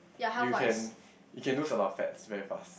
you can you can lose a lot of fats very fast